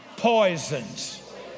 Poisons